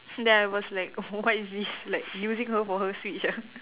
then I was like oh what is this like using her for her Switch ah